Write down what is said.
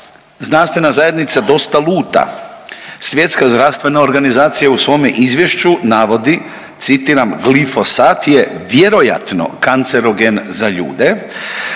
znanstvena zajednica dosta luta, Svjetska zdravstvena organizacija u svome izvješću navodi citiram: „Glifosat je vjerojatno kancerogen za ljude“,